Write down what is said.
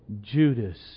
Judas